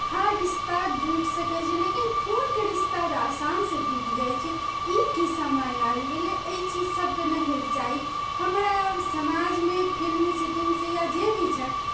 हर रिश्ता जुटि सकै छै लेकिन खूनके रिश्ता आसानसँ टुटि जाइ छै ई की समय आबि गेलै एहि चीजसभके नहि होइके चाही हमरा समाजमे फिल्मसिटींगसँ या जे भी छथि